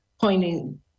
pointing